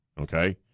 okay